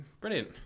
brilliant